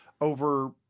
over